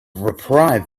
reprieve